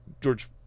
George